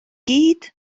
gyd